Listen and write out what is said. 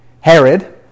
Herod